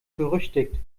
berüchtigt